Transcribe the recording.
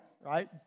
right